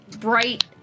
bright